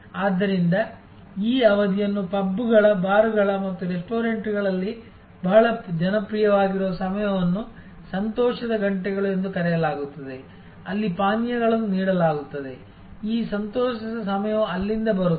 ಆದ್ದರಿಂದ ಈ ಅವಧಿಯನ್ನು ಪಬ್ಗಳ ಬಾರ್ಗಳು ಮತ್ತು ರೆಸ್ಟೋರೆಂಟ್ಗಳಲ್ಲಿ ಬಹಳ ಜನಪ್ರಿಯವಾಗಿರುವ ಸಮಯವನ್ನು ಸಂತೋಷದ ಗಂಟೆಗಳು ಎಂದು ಕರೆಯಲಾಗುತ್ತದೆ ಅಲ್ಲಿ ಪಾನೀಯಗಳನ್ನು ನೀಡಲಾಗುತ್ತದೆ ಈ ಸಂತೋಷದ ಸಮಯವು ಅಲ್ಲಿಂದ ಬರುತ್ತದೆ